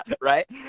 Right